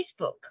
Facebook